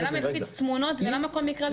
בן אדם הפיץ תמונות, למה כל מקרה לגופו?